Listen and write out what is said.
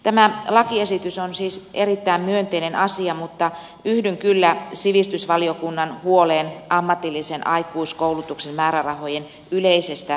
tämä lakiesitys on siis erittäin myönteinen asia mutta yhdyn kyllä sivistysvaliokunnan huoleen ammatillisen aikuiskoulutuksen määrärahojen yleisestä vähentämisestä